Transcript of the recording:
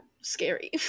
scary